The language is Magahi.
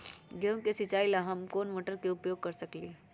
गेंहू के सिचाई ला हम कोंन मोटर के उपयोग कर सकली ह?